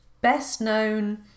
best-known